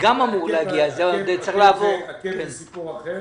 זה סיפור אחר.